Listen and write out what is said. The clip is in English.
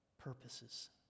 purposes